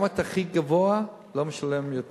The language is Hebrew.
גם בשכר הכי גבוה לא ישלם יותר.